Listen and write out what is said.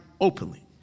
openly